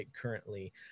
currently